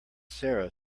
sara